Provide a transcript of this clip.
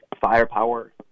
firepower